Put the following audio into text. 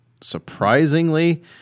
surprisingly